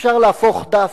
אפשר להפוך דף,